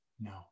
No